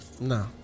No